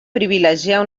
privilegiar